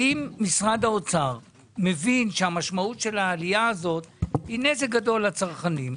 האם משרד האוצר מבין שהמשמעות של העלייה הזאת היא נזק גדול לצרכנים?